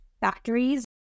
factories